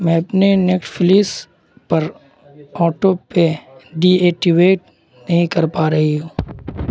میں اپنے نیکٹفلس پر آٹو پے ڈی ایکٹیویٹ نہیں کر پا رہی ہوں